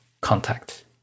contact